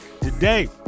Today